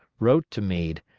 wrote to meade,